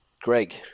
Greg